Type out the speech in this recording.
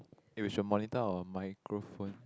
eh we should monitor our microphone